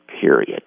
period